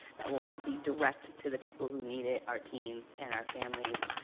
that will be direct to the people who need it, our teens and our families,